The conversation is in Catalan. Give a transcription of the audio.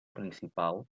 principal